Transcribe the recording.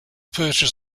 purchase